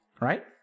Right